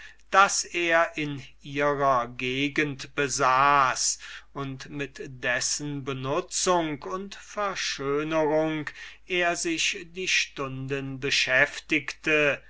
das er in der gegend von abdera besaß und mit dessen benutzung und verschönerung er die stunden beschäftigte